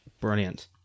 brilliant